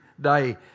day